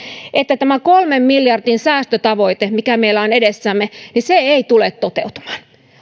että tämä kolmen miljardin säästötavoite mikä meillä on edessämme ei tule toteutumaan